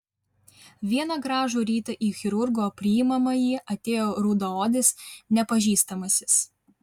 vieną gražų rytą į chirurgo priimamąjį atėjo rudaodis nepažįstamasis